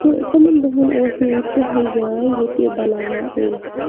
تہٕ تٕمَن دۄہَن اوس نہٕ ییٚتہِ کٕہٕنۍ جاے ییٚتہِ یہِ بَناوان ٲسۍ